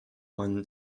man